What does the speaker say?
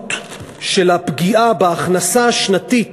המשמעות של הפגיעה בהכנסה השנתית